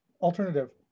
alternative